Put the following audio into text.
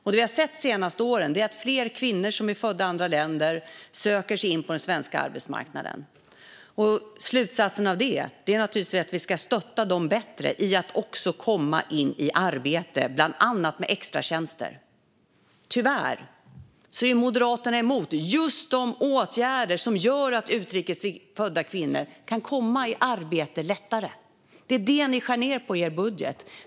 Det vi har sett de senaste åren är att fler kvinnor som är födda i andra länder söker sig in på den svenska arbetsmarknaden. Slutsatsen av det är naturligtvis att vi ska stötta dem bättre med att också komma in i arbete, bland annat med extratjänster. Tyvärr är Moderaterna emot just de åtgärder som gör att utrikes födda kvinnor kan komma i arbete lättare. Det är detta ni skär ned på i er budget.